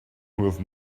with